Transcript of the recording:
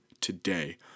today